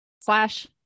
slash